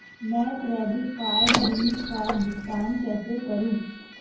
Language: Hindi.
मैं क्रेडिट कार्ड बिल का भुगतान कैसे करूं?